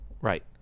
Right